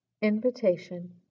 Invitation